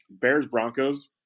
Bears-Broncos